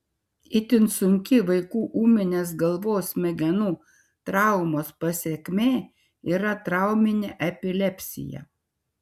itin sunki vaikų ūminės galvos smegenų traumos pasekmė yra trauminė epilepsija